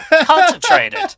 Concentrated